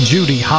Judy